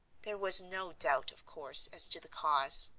there was no doubt, of course, as to the cause.